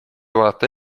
vaadata